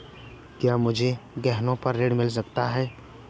क्या मुझे गहनों पर ऋण मिल सकता है?